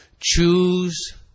choose